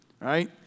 Right